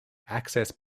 access